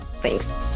thanks